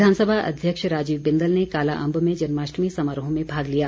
विधानसभा अध्यक्ष राजीव बिंदल ने कालाअंब में जन्माष्टमी समारोह में भाग लिया